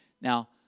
Now